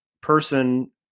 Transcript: person